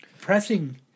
pressing